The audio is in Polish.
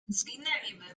zginęliby